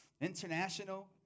international